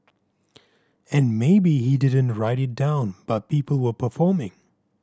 and maybe he didn't write it down but people were performing